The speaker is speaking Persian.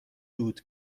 دود